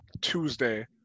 Tuesday